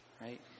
right